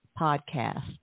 podcast